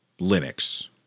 Linux